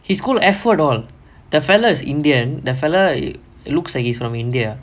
he's scold F word all that fellow is indian that fellow looks like he's from india